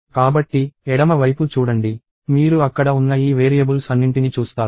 కాబట్టి ఎడమ వైపు చూడండి మీరు అక్కడ ఉన్న ఈ వేరియబుల్స్ అన్నింటిని చూస్తారు